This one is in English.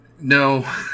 No